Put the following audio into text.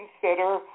consider